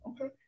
okay